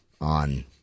on